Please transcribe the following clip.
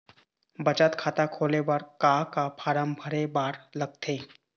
बचत खाता खोले बर का का फॉर्म भरे बार लगथे?